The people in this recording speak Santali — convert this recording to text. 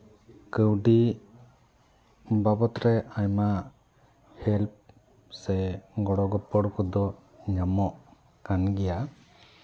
ᱠᱟᱹᱣᱰᱤ ᱵᱟᱵᱚᱛ ᱨᱮ ᱟᱭᱢᱟ ᱦᱮᱞᱯ ᱥᱮ ᱜᱚᱲᱚ ᱜᱚᱯᱚᱲ ᱠᱚᱫᱚ ᱧᱟᱢᱚᱜ ᱠᱟᱱ ᱜᱮᱭᱟ